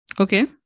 Okay